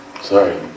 sorry